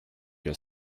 your